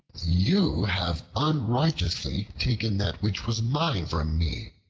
you have unrighteously taken that which was mine from me!